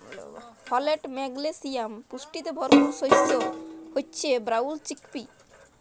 folate, magnesium পুষ্টিতে ভরপুর শস্য হচ্যে ব্রাউল চিকপি